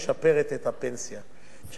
שכחו להגיד מאיפה זה בא בדיוק, אבל